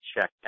check